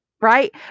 right